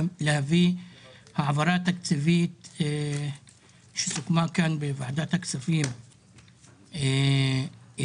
להביא העברה תקציבית שסוכמה כאן בוועדת הכספים איתי,